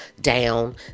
down